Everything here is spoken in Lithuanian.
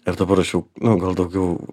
ir dabar aš jau nu gal daugiau